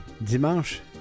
dimanche